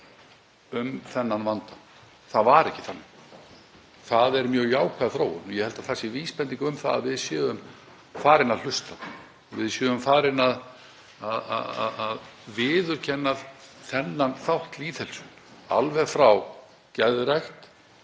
um þennan vanda. Það var ekki þannig. Það er mjög jákvæð þróun og ég held að það sé vísbending um að við séum farin að hlusta, að við séum farin að viðurkenna þennan þátt í lýðheilsunni, geðrækt,